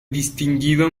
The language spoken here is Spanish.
distinguido